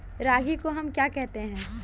रागी को हम क्या कहते हैं?